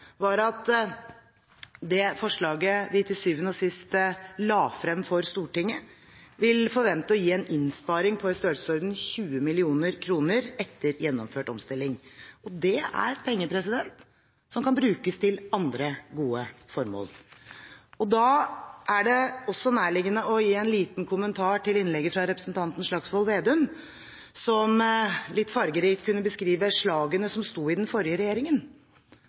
var at det forslaget vi til syvende og sist la frem for Stortinget, vil forvente å gi en innsparing på i størrelsesorden 20 mill. kr etter gjennomført omstilling. Dette er penger som kan brukes til andre gode formål. Det er nærliggende å gi en liten kommentar til innlegget fra representanten Slagsvold Vedum, som litt fargerikt kunne beskrive slagene som sto i den forrige regjeringen.